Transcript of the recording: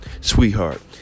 Sweetheart